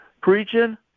preaching